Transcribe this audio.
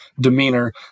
demeanor